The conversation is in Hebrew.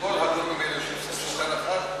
האלה יושבים סביב שולחן אחד,